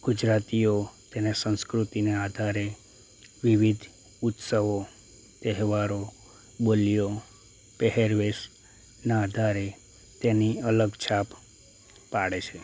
ગુજરાતીઓ તેને સંસ્કૃતિને આધારે વિવિધ ઉત્સવો તહેવારો બોલીઓ પહેરવેશના આધારે તેની અલગ છાપ પાડે છે